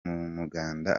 muganda